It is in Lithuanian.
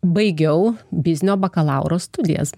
baigiau biznio bakalauro studijas